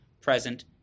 present